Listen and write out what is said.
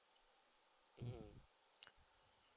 um